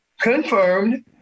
confirmed